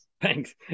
Thanks